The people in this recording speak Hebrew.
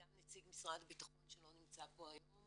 גם נציג משרד הביטחון שלא נמצא פה היום